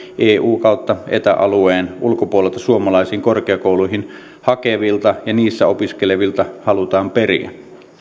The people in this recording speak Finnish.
eu ja eta alueen ulkopuolelta suomalaisiin korkeakouluihin hakevilta ja niissä opiskelevilta halutaan periä